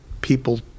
people